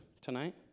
tonight